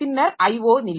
பின்னர் IO நிலை